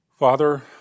Father